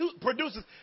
produces